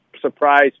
surprise